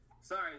Sorry